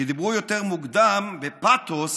שדיברו יותר מוקדם בפתוס